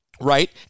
right